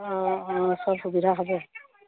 অঁ অঁ সব সুবিধা হ'ব